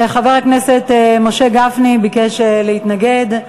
חבר הכנסת משה גפני ביקש להתנגד.